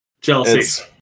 jealousy